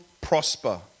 prosper